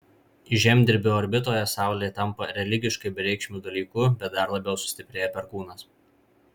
žemdirbio orbitoje saulė tampa religiškai bereikšmiu dalyku bet dar labiau sustiprėja perkūnas